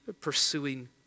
pursuing